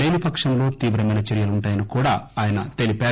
లేని పక్షంలో తీవ్రమైన చర్యలుంటాయని కూడా ఆయన తెలిపారు